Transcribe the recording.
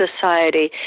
society